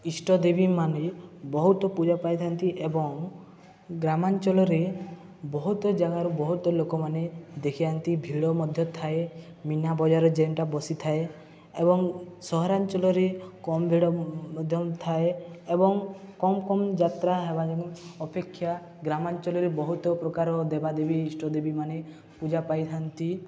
ଇଷ୍ଟଦେବୀ ମାନେ ବହୁତ ପୂଜା ପାଇଥାନ୍ତି ଏବଂ ଗ୍ରାମାଞ୍ଚଳାରେ ବହୁତ ଜାଗାରୁ ବହୁତ ଲୋକମାନେ ଦେଖିଆନ୍ତି ଭିଡ଼ ମଧ୍ୟ ଥାଏ ମିନା ବଜାର ଯେନ୍ଁଟା ବସିଥାଏ ଏବଂ ସହରାଞ୍ଚଳାରେ କମ ଭିଡ଼ ମଧ୍ୟ ଥାଏ ଏବଂ କମ୍ କମ୍ ଯାତ୍ରା ହେବା ଯେ ଅପେକ୍ଷା ଗ୍ରାମାଞ୍ଚଳାରେ ବହୁତ ପ୍ରକାର ଦେବା ଦେବୀ ଇଷ୍ଟଦେବୀ ମାନେ ପୂଜା ପାଇଥାନ୍ତି